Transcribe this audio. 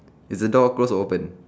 is the door close or open